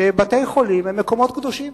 שבתי-חולים הם מקומות קדושים.